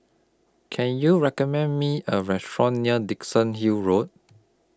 Can YOU recommend Me A Restaurant near Dickenson Hill Road